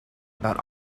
about